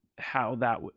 how that,